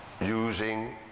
using